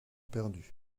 perdues